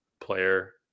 player